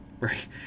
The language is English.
right